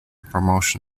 promotion